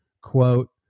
Quote